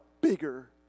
bigger